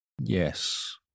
Yes